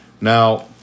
Now